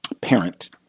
Parent